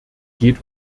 geht